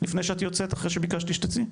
לפני שאת יוצאת אחרי שביקשתי שתצאי?